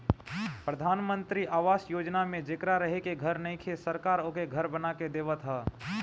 प्रधान मंत्री आवास योजना में जेकरा रहे के घर नइखे सरकार ओके घर बना के देवत ह